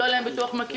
לא יהיה להם ביטוח מקיף.